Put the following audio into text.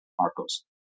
Marcos